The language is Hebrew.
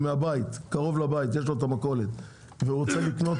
קרוב לבית יש לו מכולת והוא רוצה לקנות